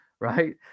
Right